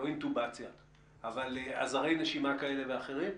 אבל עזרי נשימה כאלה ואחרים?